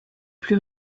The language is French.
plus